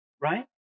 right